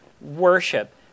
worship